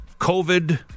COVID